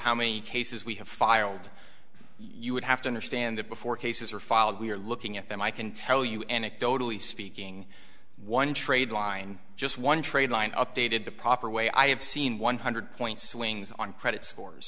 how many cases we have filed you would have to understand that before cases are filed we're looking at them i can tell you anecdotally speaking one trade line just one trade line updated the proper way i have seen one hundred point swings on credit scores